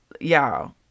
y'all